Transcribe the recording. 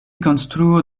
konstruo